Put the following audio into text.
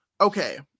okay